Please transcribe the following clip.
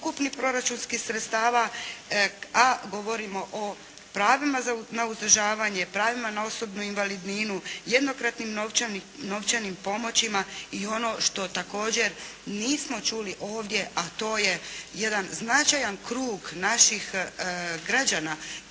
proračunskih sredstava, a govorimo o pravima na uzdržavanje, pravima na osobnu invalidninu, jednokratnim novčanim pomoćima i ono što također nismo čuli ovdje a to je jedan značajan krug naših građana